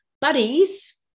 buddies